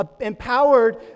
empowered